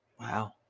Wow